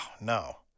no